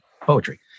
poetry